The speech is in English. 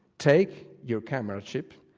take your camera chip,